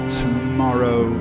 tomorrow